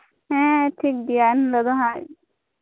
ᱦᱮᱸ ᱴᱷᱤᱠᱜᱮᱭᱟ ᱱᱚᱰᱮ ᱫᱚ ᱦᱟᱸᱜ